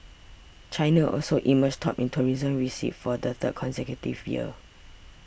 China also emerged top in tourism receipts for the third consecutive year